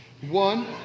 One